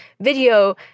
video